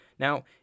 Now